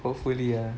hopefully ya